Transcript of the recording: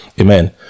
Amen